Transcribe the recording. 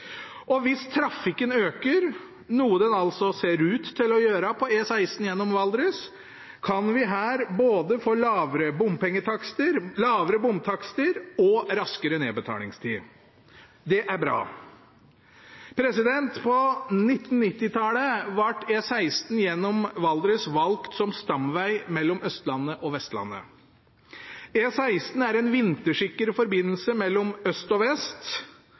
Hvis trafikken øker, noe den altså ser ut til å gjøre på E16 gjennom Valdres, kan vi her både få lavere bomtakster og raskere nedbetalingstid. Det er bra. På 1990-tallet ble E16 gjennom Valdres valgt som stamvei mellom Østlandet og Vestlandet. E16 er en vintersikker forbindelse mellom øst og vest